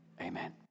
Amen